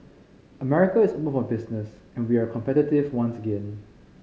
America is open for business and we are competitive once again